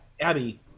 Abby